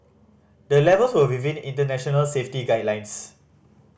the levels were within international safety guidelines